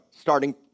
starting